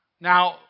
Now